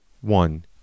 one